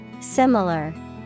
Similar